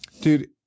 dude